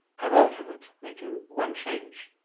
i've altered it, making one change.